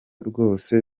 rwose